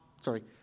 sorry